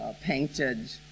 painted